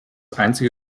einzige